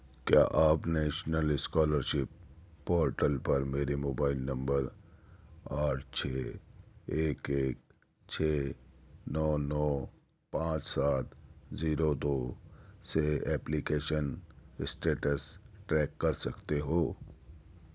کیا آپ national scholarship portal پر میرے موبائل نمبر آٹھ چھ ایک ایک چھ نو نو پانچ سات زیرو دو سے ایپلیکیشن اسٹیٹس ٹریک کر سکتے ہو